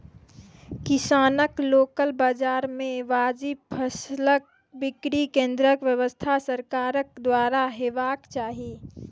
किसानक लोकल बाजार मे वाजिब फसलक बिक्री केन्द्रक व्यवस्था सरकारक द्वारा हेवाक चाही?